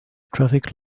traffic